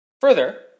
Further